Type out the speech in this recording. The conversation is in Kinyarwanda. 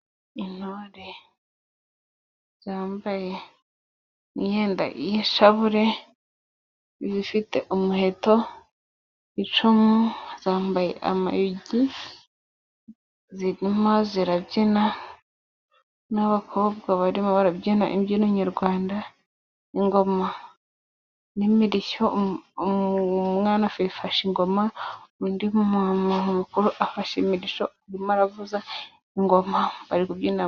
Intore zambaye imyenda y'ishabure zifite umuheto, icumu zambaye amayugi zirimo zirabyina n'abakobwa barimo barabyina imbyino nyarwanda. Ingoma n'imirishyo umwana afashe ingoma undi muntu mukuru afashe imirishyo aravuza ingoma bari kubyina.